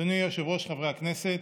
אדוני היושב-ראש, חברי הכנסת,